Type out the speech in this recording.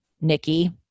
Nikki